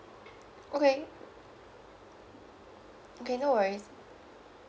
okay okay no worries